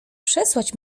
przesłać